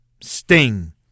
sting